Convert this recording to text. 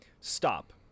Stop